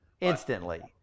instantly